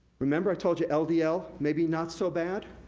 remember, i told you ldl ldl may be not so bad?